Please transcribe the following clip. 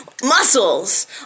Muscles